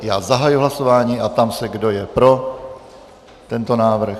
Já zahajuji hlasování a ptám se, kdo je pro tento návrh.